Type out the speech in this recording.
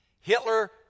Hitler